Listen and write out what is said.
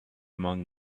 among